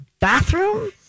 bathroom